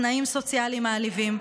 תנאים סוציאליים מעליבים,